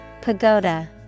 Pagoda